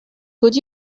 could